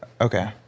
okay